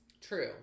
True